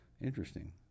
interesting